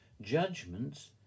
judgments